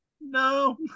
No